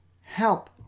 help